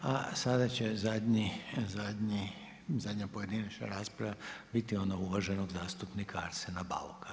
A sada će zadnji, zadnja pojedinačna rasprava biti ona uvaženog zastupnika Arsena Bauka.